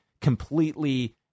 completely